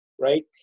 right